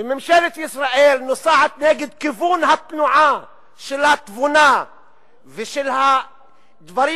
וממשלת ישראל נוסעת נגד כיוון התנועה של התבונה ושל הדברים